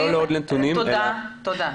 הכנסת, תודה.